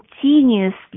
continuously